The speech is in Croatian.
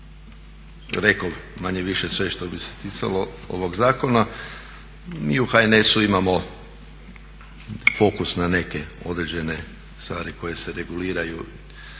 rekao manje-više sve što bi se ticalo ovog zakona. Mi u HNS-u imamo fokus na neke određene stvari koje se reguliraju